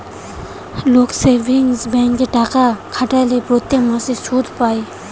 লোক সেভিংস ব্যাঙ্কে টাকা খাটালে প্রত্যেক মাসে সুধ পায়েটে